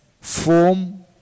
form